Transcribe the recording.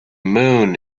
moon